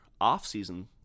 off-season